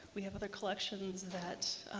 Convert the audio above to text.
we have other collections that